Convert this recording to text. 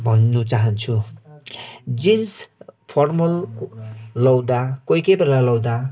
भन्नु चाहन्छु jeans formal लाउँदा कोही कोही बेला लाउँदा